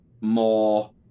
more